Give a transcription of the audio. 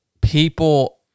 people